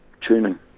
tuning